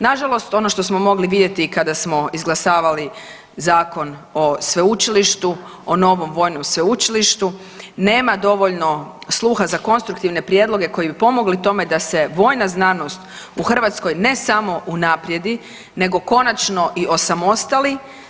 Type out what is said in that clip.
Nažalost ono što smo mogli vidjeti kada smo izglasavali zakon o sveučilištu o novom vojnom sveučilištu nema dovoljno sluha za konstruktivne prijedloge koji bi pomogli tome da se vojna znanost u Hrvatskoj ne samo unaprijedi nego konačno i osamostali.